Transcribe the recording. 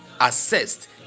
assessed